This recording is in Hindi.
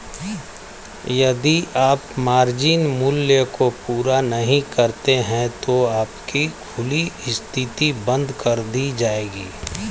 यदि आप मार्जिन मूल्य को पूरा नहीं करते हैं तो आपकी खुली स्थिति बंद कर दी जाएगी